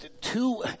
two